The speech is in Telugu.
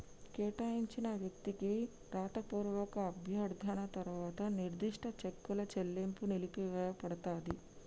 కేటాయించిన వ్యక్తికి రాతపూర్వక అభ్యర్థన తర్వాత నిర్దిష్ట చెక్కుల చెల్లింపు నిలిపివేయపడతది